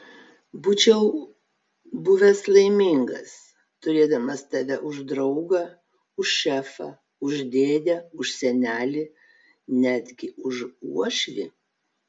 būčiau buvęs laimingas turėdamas tave už draugą už šefą už dėdę už senelį netgi už uošvį